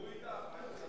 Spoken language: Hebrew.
הם דיברו אתך, מה יצא מזה?